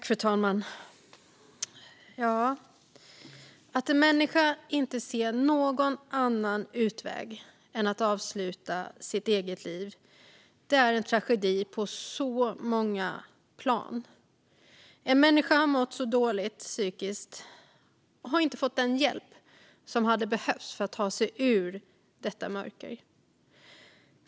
Fru talman! Att en människa inte ser någon annan utväg än att avsluta sitt eget liv är en tragedi på så många plan. En människa som har mått psykiskt dåligt har inte fått den hjälp som hade behövts för att ta sig ut ur detta mörker.